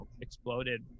exploded